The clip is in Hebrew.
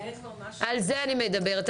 על זה אני מדברת.